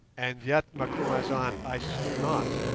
and yet, macumazahn, i slew not.